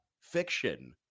Fiction